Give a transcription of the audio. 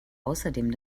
außerdem